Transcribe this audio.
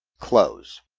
close.